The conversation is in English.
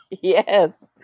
Yes